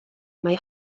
mai